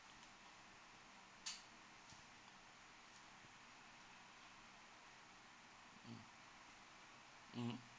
mm mm